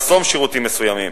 לחסום שירותים מסוימים,